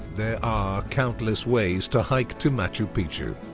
there are countless ways to hike to machu picchu.